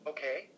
Okay